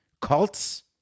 cults